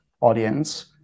audience